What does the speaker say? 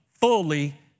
fully